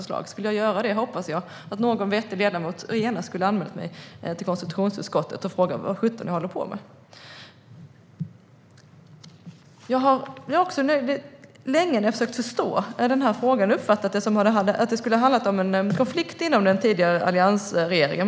Skulle jag göra det hoppas jag att någon vettig ledamot genast skulle anmäla mig till konstitutionsutskottet och fråga vad sjutton jag håller på med. Jag har länge, när jag har försökt förstå frågan, uppfattat det som att det skulle ha handlat om en konflikt inom den tidigare alliansregeringen.